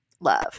love